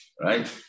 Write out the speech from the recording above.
right